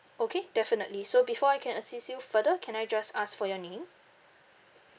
okay definitely so before I can assist you further can I just ask for your name